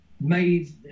made